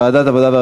לוועדת העבודה,